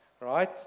Right